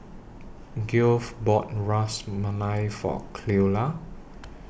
Geoff bought Ras Malai For Cleola